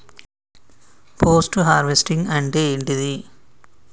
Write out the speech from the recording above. Post harvesting అంటే ఏంటిది?